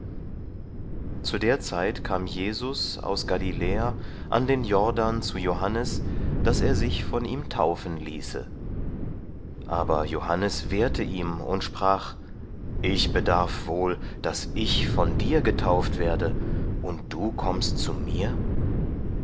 zu der zeit kam jesus aus galiläa an den jordan zu johannes daß er sich von ihm taufen ließe aber johannes wehrte ihm und sprach ich bedarf wohl daß ich von dir getauft werde und du kommst zu mir